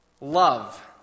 Love